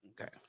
okay